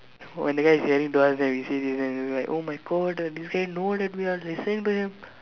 when the guy is hearing to us then we say this then he like oh my God this guy know that we are listening to him